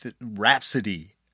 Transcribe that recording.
Rhapsody